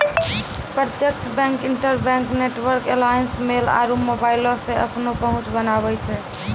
प्रत्यक्ष bank, interbank network alliance, mail आरु मोबाइलो से अपनो पहुंच बनाबै छै